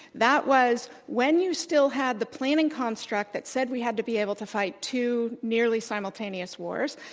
that was when you still had the planning construct that said we had to be able to fight two nearly simultaneous wars.